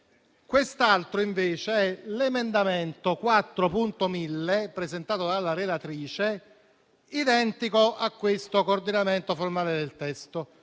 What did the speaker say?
Quest'altro invece è l'emendamento 4.1000, presentato dalla relatrice, identico al coordinamento formale del testo.